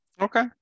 Okay